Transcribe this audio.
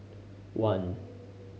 one